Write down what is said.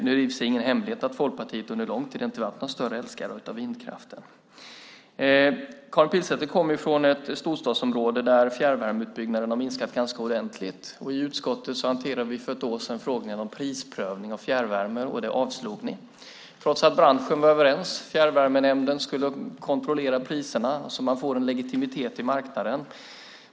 Det är i och för sig ingen hemlighet att Folkpartiet under lång tid inte har varit någon större älskare av vindkraften. Karin Pilsäter kommer från ett storstadsområde där fjärrvärmeutbyggnaden har minskat ganska ordentligt. I utskottet hanterade vi för ett år sedan frågan om prisprövning av fjärrvärme, och det avslog ni, trots att branschen var överens. Fjärrvärmenämnden skulle kontrollera priserna så att man får en legitimitet i marknaden.